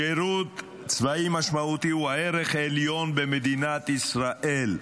שירות צבאי משמעותי הוא הערך העליון במדינת ישראל,